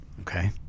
Okay